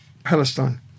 Palestine